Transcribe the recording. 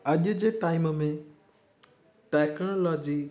अॼु जे टाइम में टेक्नोलॉजी